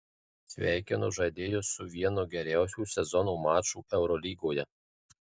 sveikinu žaidėjus su vienu geriausių sezono mačų eurolygoje